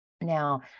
Now